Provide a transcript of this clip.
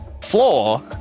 floor